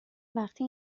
وقتی